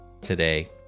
today